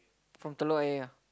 from Telok-Ayer ah